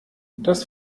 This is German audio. das